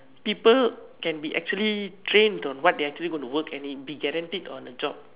people can be actually trained on what they actually going to work and be guaranteed on a job